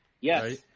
Yes